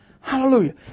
Hallelujah